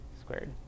squared